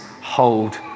hold